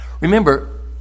Remember